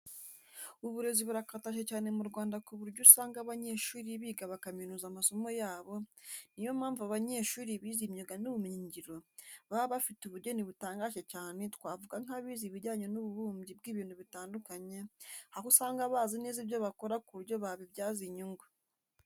Uburezi burakataje cyane mu Rwanda ku buryo usanga abanyeshuri biga bakaminuza amasomo yabo, ni yo mpamvu abanyeshuri bize imyuga n'ubumenyingiro baba bafite ubugeni butangaje cyane twavuga nk'abize ibijyanye n'ububumbyi bw'ibintu bitandukanye, aho usanga bazi neza ibyo bakora ku buryo babibyaza inyungu.